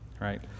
Right